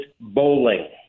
bowling